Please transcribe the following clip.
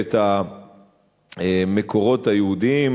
והמקורות היהודיים,